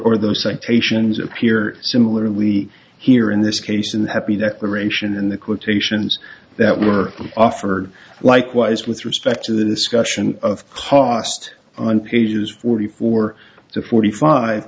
or the citations appear similar and we hear in this case in happy that aeration in the quotations that were offered likewise with respect to the discussion of cost on pages forty four to forty five